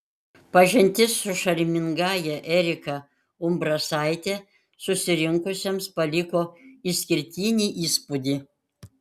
pažintis su šarmingąja erika umbrasaite susirinkusiems paliko išskirtinį įspūdį